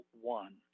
one